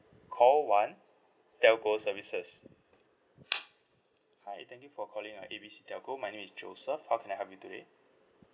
call one telco services hi thank you for calling uh A B C telco my name is joseph how can I help you today